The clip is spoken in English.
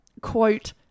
quote